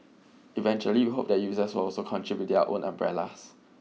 eventually we hope that users will also contribute their own umbrellas